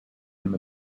him